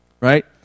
Right